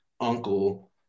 uncle